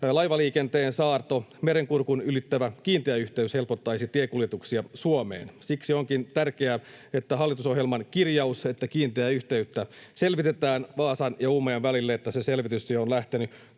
laivaliikenteen saarto, Merenkurkun ylittävä kiinteä yhteys helpottaisi tiekuljetuksia Suomeen. Siksi onkin tärkeää, että hallitusohjelmassa on kirjaus, että kiinteää yhteyttä Vaasan ja Uumajan välille selvitetään, että se selvitystyö on lähtenyt